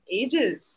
ages